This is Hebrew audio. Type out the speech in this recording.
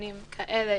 דיונים כאלה